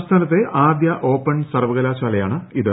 സംസ്ഥാനത്തെ ആദ്യ ഓപ്പൺ സർവകലാശാലയാണിത്